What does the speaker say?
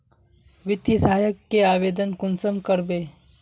वित्तीय सहायता के आवेदन कुंसम करबे?